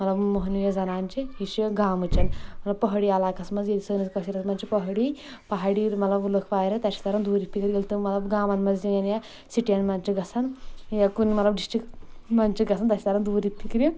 مطلب موہنیوٗ یا زِنان چھِ یہِ چھِ گامٕچ مطلب پہٲڑی علاقس منٛز ییٚلہِ سٲنِس کشیٖر منٛز چھ پہٲڑی پہاڑی مطلب لُکھ واریاہ تَتہِ چھُ تران دوٗرِ فِکرِ ییٚلہِ تم مطلب گامَن منٛز یِن یا سِٹین منٛز چُھ گژھان یا کُنہِ مطلب ڈسٹرک منٛز چھُ گژھان تتہِ چھ تران دوٗرِ فِکرِ